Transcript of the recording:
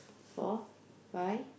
four five